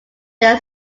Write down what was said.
their